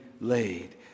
laid